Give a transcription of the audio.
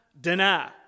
deny